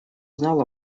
знал